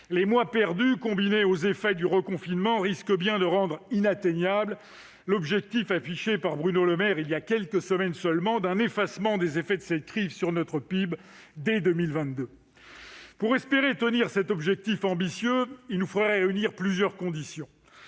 Les mois perdus, combinés aux effets du reconfinement, risquent de rendre inatteignable l'objectif, affiché par Bruno Le Maire il y a quelques semaines seulement, d'un effacement des effets de cette crise sur notre PIB dès 2022. Pour espérer tenir cet objectif ambitieux, il nous faudrait réunir plusieurs conditions.